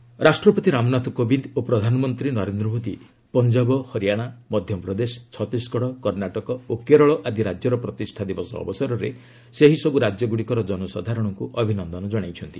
formation day ରାଷ୍ଟ୍ରପତି ରାମନାଥ କୋବିନ୍ଦ ଓ ପ୍ରଧାନମନ୍ତ୍ରୀ ନରେନ୍ଦ୍ର ମୋଦି ପଞ୍ଜାବ ହରିୟାନା ମଧ୍ୟପ୍ରଦେଶ ଛତିଶଗଡ କର୍ଷାଟକ ଓ କେରଳ ଆଦି ରାଜ୍ୟର ପ୍ରତିଷ୍ଠା ଦିବସ ଅବସରରେ ସେହିସବୁ ରାଜ୍ୟ ଗୁଡ଼ିକର ଜନସାଧାରଣଙ୍କୁ ଅଭିନନନ୍ଦନ କଶାଇଛନ୍ତି